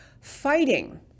fighting